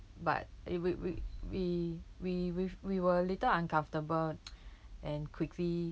but if we we we we we we were a little uncomfortable and quickly